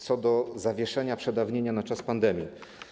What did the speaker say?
Co do zawieszenia przedawnienia na czas pandemii.